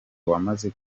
wamaze